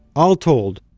all told,